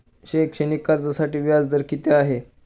शैक्षणिक कर्जासाठी व्याज दर किती आहे?